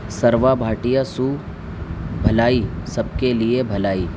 سروا بھاٹیہ سو بھلائی سب کے لیے بھلائی